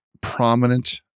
prominent